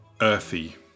earthy